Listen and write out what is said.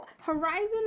Horizon